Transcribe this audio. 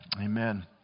Amen